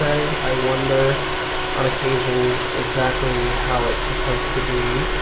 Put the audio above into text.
i wonder on occasion exactly how it's supposed to be.